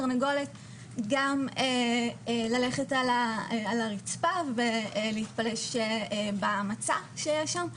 כי הם מאפשרים לתרנגולת גם ללכת על הריצפה ולהתפלש במצע שיש שם,